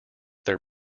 their